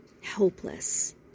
helpless